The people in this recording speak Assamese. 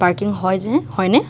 পাৰ্কিং হয়যে হয়নে